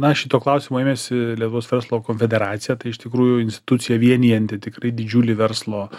na šito klausimo ėmėsi lietuvos verslo konfederacija tai iš tikrųjų institucija vienijanti tikrai didžiulį verslo